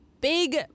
big